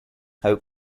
hope